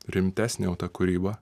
rimtesnė jau ta kūryba